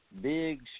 big